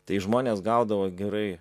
tai žmonės gaudavo gerai